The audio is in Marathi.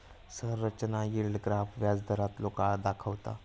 संरचना यील्ड ग्राफ व्याजदारांतलो काळ दाखवता